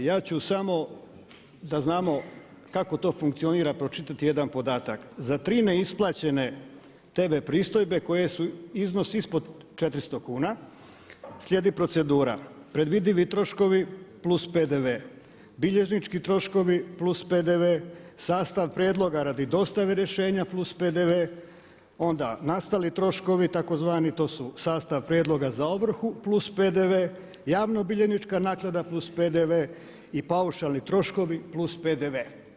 Ja ću samo da znano kako to funkcionira pročitati jedan podatak za 3 neisplaćene TV pristojbe koje su iznos ispod 400 kuna slijedi procedura, predvidivi troškovi + PDV, bilježnički troškovi + PDV, sastav prijedloga radi dostave rješenja + PDV, onda nastali troškovi tzv. to su sastav prijedloga za ovrhu + PDV, javnobilježnička naknada + PDV i paušalni troškovi + PDV.